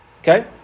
Okay